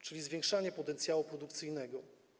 Chodzi o zwiększanie potencjału produkcyjnego.